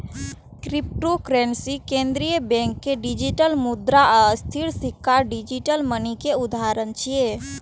cryptocurrency, केंद्रीय bank के digital मुद्रा आ स्थिर सिक्का डिजिटल मनी के उदाहरण छियै